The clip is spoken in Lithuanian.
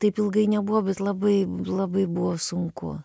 taip ilgai nebuvo bet labai labai buvo sunku